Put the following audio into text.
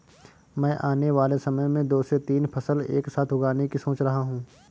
मैं आने वाले समय में दो से तीन फसल एक साथ उगाने की सोच रहा हूं